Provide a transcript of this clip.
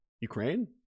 Ukraine